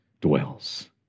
dwells